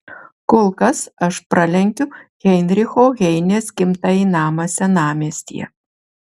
kol kas aš pralenkiu heinricho heinės gimtąjį namą senamiestyje